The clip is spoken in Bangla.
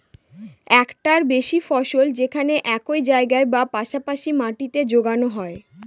একটার বেশি ফসল যেখানে একই জায়গায় বা পাশা পাশি মাটিতে যোগানো হয়